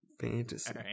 fantasy